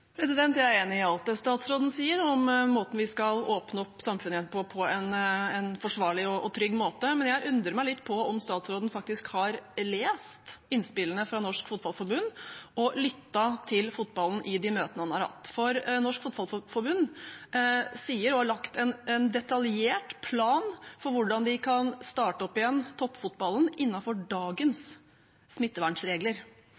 Jeg er enig i alt det statsråden sier om måten vi skal åpne opp samfunnet igjen på, på en forsvarlig og trygg måte. Men jeg undrer meg litt på om statsråden faktisk har lest innspillene fra Norges Fotballforbund og lyttet til fotballen i de møtene han har hatt. For Norges Fotballforbund har lagt en detaljert plan for hvordan de kan starte opp igjen toppfotballen